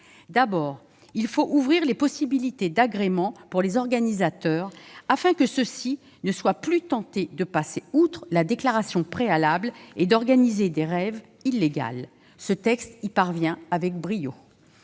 D'abord, il faut ouvrir les possibilités d'agrément pour les organisateurs, afin qu'ils ne soient plus tentés de passer outre la déclaration préalable et d'organiser des raves illégales. Ce texte y parvient avec brio.